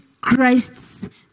Christ's